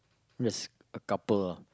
just a couple ah